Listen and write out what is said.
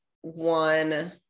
one